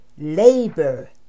labor